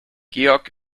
georg